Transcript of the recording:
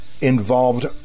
involved